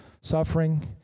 suffering